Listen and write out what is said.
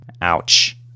Ouch